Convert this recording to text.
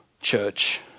church